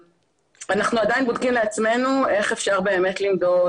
אנחנו עדיין בודקים לעצמנו איך אפשר באמת למדוד